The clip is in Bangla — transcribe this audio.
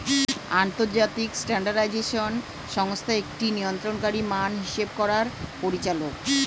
আন্তর্জাতিক স্ট্যান্ডার্ডাইজেশন সংস্থা একটি নিয়ন্ত্রণকারী মান হিসেব করার পরিচালক